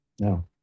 No